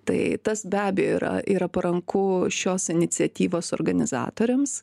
tai tas be abejo yra yra paranku šios iniciatyvos organizatoriams